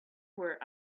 were